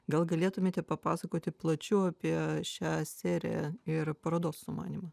gal galėtumėte papasakoti plačiau apie šią seriją ir parodos sumanymą